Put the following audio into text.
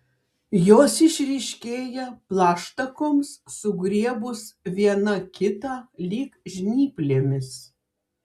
jos išryškėja plaštakoms sugriebus viena kitą lyg žnyplėmis